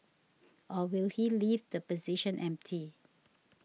or will he leave the position empty